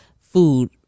food